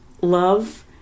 love